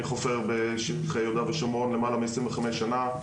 אני חופר בשטח יהודה ושומרון למעלה מ-25 שנה.